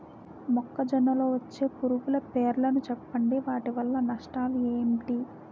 మొక్కజొన్న లో వచ్చే పురుగుల పేర్లను చెప్పండి? వాటి వల్ల నష్టాలు ఎంటి?